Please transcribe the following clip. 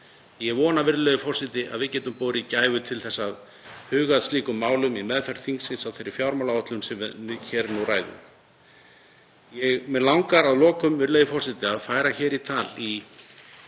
Ég vona, virðulegi forseti, að við getum borið gæfu til að huga að slíkum málum í meðferð þingsins á þeirri fjármálaáætlun sem við hér nú ræðum. Mig langar að lokum, virðulegi forseti, að færa í tal, í